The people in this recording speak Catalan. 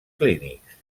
clínics